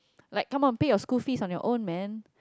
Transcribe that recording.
like come on pay your school fees on your own man